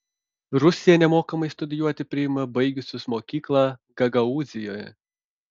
rusija nemokamai studijuoti priima baigusius mokyklą gagaūzijoje